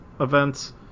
events